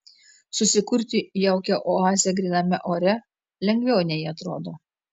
susikurti jaukią oazę gryname ore lengviau nei atrodo